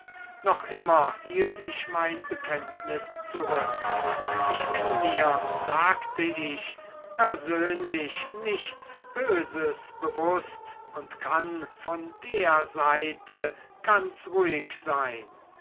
noch immer hielt ich mein bekenntnis zurück ich bin mir sagte ich persönlich nichts böses bewußt und kann von der seite ganz ruhig sein